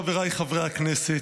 חבריי חברי הכנסת,